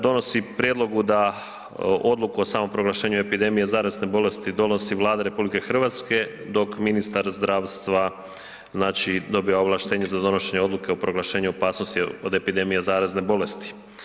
Donosi prijedlog da odluku o samom proglašenju epidemije zarazne bolesti donosi Vlada RH dok ministar zdravstva znači dobiva ovlaštenje za donošenje odluke o proglašenju opasnosti od epidemije zarazne bolesti.